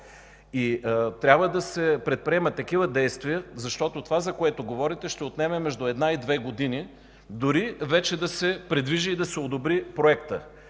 Трябва да се предприемат такива действия, защото това, за което говорите, ще отнеме между една и две години, дори да се придвижи и одобри проектът,